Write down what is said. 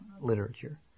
literature